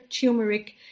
turmeric